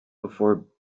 before